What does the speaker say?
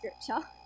scripture